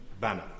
Banner